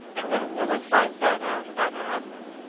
and when a woman finds that out about her husband,